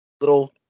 little